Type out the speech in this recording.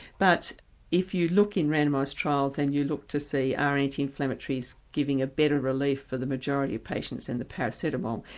but if you look in randomised trials and you look to see are anti-inflammatories giving a better relief for the majority of patients than the paracetamol,